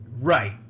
Right